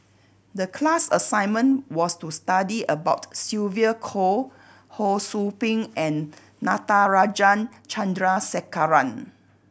the class assignment was to study about Sylvia Kho Ho Sou Ping and Natarajan Chandrasekaran